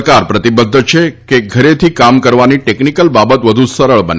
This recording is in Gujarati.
સરકાર પ્રતિબદ્ધ છે કે ઘરેથી કામ કરવાની ટેકનીકલ બાબત વધુ સરળ બને